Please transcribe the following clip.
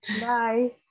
Bye